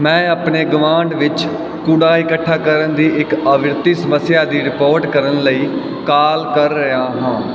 ਮੈਂ ਆਪਣੇ ਗੁਆਂਢ ਵਿੱਚ ਕੂੜਾ ਇਕੱਠਾ ਕਰਨ ਦੀ ਇੱਕ ਆਵਿਰਤੀ ਸਮੱਸਿਆ ਦੀ ਰਿਪੋਰਟ ਕਰਨ ਲਈ ਕਾਲ ਕਰ ਰਿਹਾ ਹਾਂ